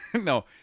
No